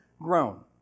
grown